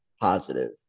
positive